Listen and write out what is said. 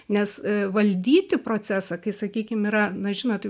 nes valdyti procesą kai sakykim yra na žinot